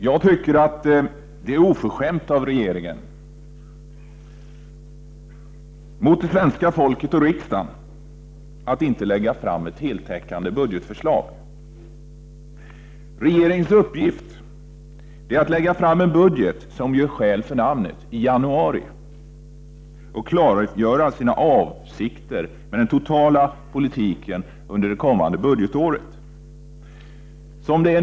Herr talman! Jag tycker att det är oförskämt mot det svenska folket och riksdagen att regeringen inte lägger fram ett heltäckande budgetförslag. Regeringens uppgift är att i januari lägga fram en budget som gör skäl för namnet och därmed klargöra sina avsikter med den totala politiken under det kommande budgetåret.